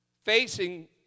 facing